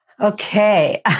Okay